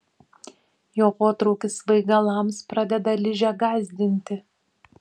jo potraukis svaigalams pradeda ližę gąsdinti